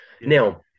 Now